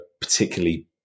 particularly